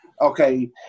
Okay